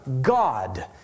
God